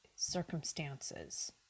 circumstances